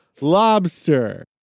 lobster